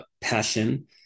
passion